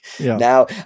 now